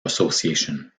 association